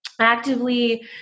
actively